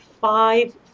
five